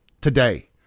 today